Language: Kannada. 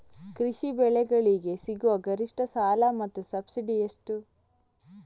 ಕೃಷಿ ಬೆಳೆಗಳಿಗೆ ಸಿಗುವ ಗರಿಷ್ಟ ಸಾಲ ಮತ್ತು ಸಬ್ಸಿಡಿ ಎಷ್ಟು?